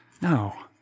No